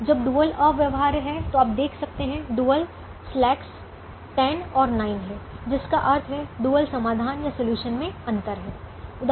तो जब डुअल अव्यवहार्य है और आप देख सकते हैं कि डुअल स्लैक्स 10 और 9 हैं जिसका अर्थ है डुअल समाधान या सॉल्यूशन में अंतर है